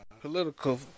political